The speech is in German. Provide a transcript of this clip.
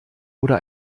oder